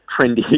trendy